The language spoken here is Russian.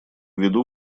виду